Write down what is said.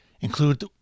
Include